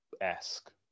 esque